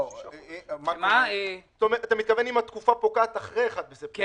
אתה מתכוון אם התקופה פוקעת אחרי 1 בספטמבר.